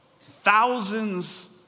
thousands